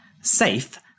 safe